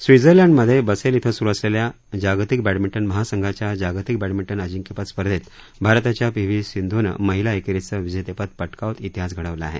स्वित्झर्लंडमध्ये बसेल इथं स्रू असलेल्या जागतिक बॅडमिंटन महासंघाच्या जागतिक बॅडमिंटन अजिंक्यपद स्पर्धेत भारताच्या पी व्ही सिंधूनं महिला एकेरीचं विजेतेपद पटकावत इतिहास घडवला आहे